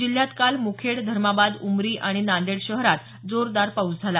जिल्ह्यात काल रात्री मुखेड धर्माबाद उमरी आणि नांदेड शहरात जोरदार पाऊस झाला